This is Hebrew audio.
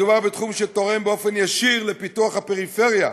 מדובר בתחום שתורם באופן ישיר לפיתוח הפריפריה,